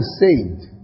saved